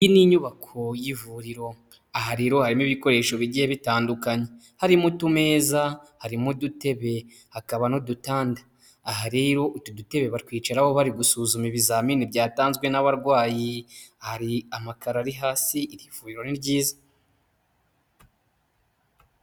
Iyi ni inyubako y'ivuriro, aha rero harimo ibikoresho bigiye bitandukanye harimo utumeza, harimo udutebe, hakaba n'udutanda, aha rero utu dutebe batwicaraho bari gusuzuma ibizamini byatanzwe n'abarwayi, hari amakaro ari hasi, iri vuriro ni ryiza.